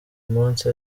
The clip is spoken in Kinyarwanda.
munsi